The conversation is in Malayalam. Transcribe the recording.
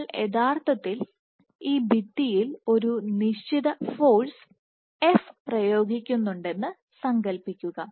നിങ്ങൾ യഥാർത്ഥത്തിൽ ഈ ഭിത്തിയിൽ ഒരു നിശ്ചിത ഫോഴ്സ് f പ്രയോഗിക്കുന്നുണ്ടെന്ന് സങ്കൽപ്പിക്കുക